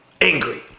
angry